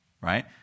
right